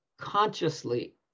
consciously